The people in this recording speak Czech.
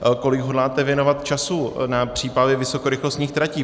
Kolik hodláte věnovat času na přípravy vysokorychlostních tratí?